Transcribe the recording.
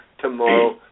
tomorrow